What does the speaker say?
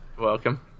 welcome